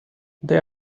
they